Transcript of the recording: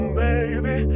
baby